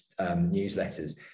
newsletters